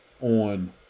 on